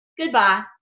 Goodbye